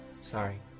sorry